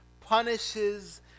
punishes